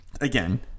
Again